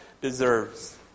deserves